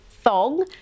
thong